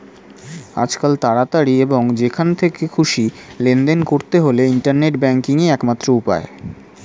আজকাল তাড়াতাড়ি এবং যেখান থেকে খুশি লেনদেন করতে হলে ইন্টারনেট ব্যাংকিংই একমাত্র উপায়